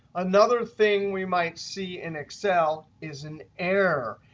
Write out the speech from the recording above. another thing we might see in excel is an error.